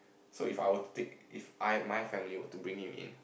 so If I were to take If I my family were to bring him in